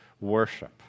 worship